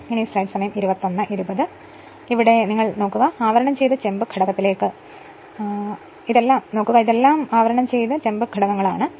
അതിനാൽ നിങ്ങൾ ആവരണം ചെയ്ത ചെമ്പ് ഘടകത്തിലേക്ക് നോക്കുകയാണെങ്കിൽ ഇതെല്ലാം ആവരണം ചെയ്ത ചെമ്പ് ഘടകങ്ങൾ ആണ്